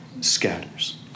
Scatters